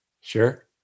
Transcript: Sure